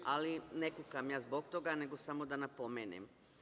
Ali, ne kukam ja zbog toga, nego samo da napomenem.